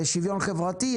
שוויון חברתי.